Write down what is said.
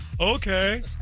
Okay